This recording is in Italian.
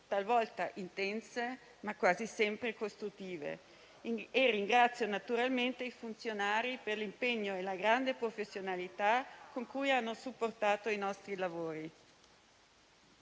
talvolta intense, ma quasi sempre costruttive. Ringrazio naturalmente i funzionari per l'impegno e la grande professionalità con cui hanno supportato i nostri lavori.